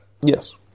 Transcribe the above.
Yes